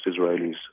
Israelis